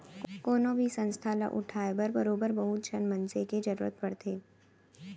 कोनो भी संस्था ल उठाय बर बरोबर बहुत झन मनसे के जरुरत पड़थे